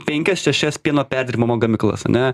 penkias šešias pieno perdirbimo gamyklas ane